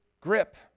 grip